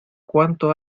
cuanto